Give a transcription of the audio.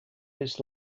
this